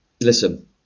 listen